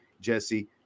Jesse